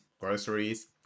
groceries